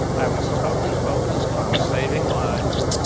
i was totally focused on saving lives.